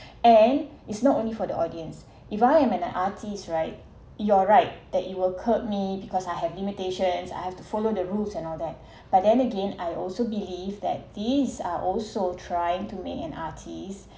and it's not only for the audience if I am an artist right you're right that it will curb me because I have limitations I have to follow the rules and all that but then again I also believe that these are also trying to make an artist